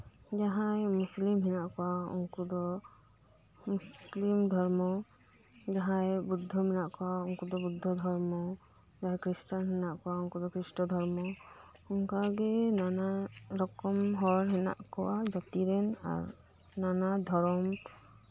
ᱡᱟᱦᱟᱸᱭ ᱢᱩᱥᱞᱤᱢ ᱦᱮᱱᱟᱜ ᱠᱚᱣᱟ ᱩᱱᱠᱩᱫᱚ ᱢᱩᱥᱞᱤᱢ ᱫᱷᱚᱨᱢᱚ ᱡᱟᱦᱟᱸᱭ ᱵᱚᱫᱷᱚ ᱢᱮᱱᱟᱜ ᱠᱚᱣᱟ ᱩᱱᱠᱩᱫᱚ ᱵᱚᱫᱷᱚ ᱫᱷᱚᱨᱢᱚ ᱡᱟᱦᱟᱸᱭ ᱠᱨᱤᱥᱴᱟᱱ ᱦᱮᱱᱟᱜ ᱠᱚᱣᱟ ᱩᱱᱠᱩᱫᱚ ᱠᱨᱤᱥᱴᱚ ᱫᱷᱚᱨᱢᱚ ᱚᱱᱠᱟᱜᱤ ᱱᱟᱱᱟ ᱨᱚᱠᱚᱢ ᱦᱚᱲ ᱦᱮᱱᱟᱜ ᱠᱚᱣᱟ ᱡᱟᱹᱛᱤᱨᱮᱱ ᱟᱨ ᱱᱟᱱᱟ ᱫᱷᱚᱨᱚᱢ